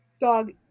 Dog